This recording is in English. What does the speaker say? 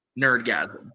Nerdgasm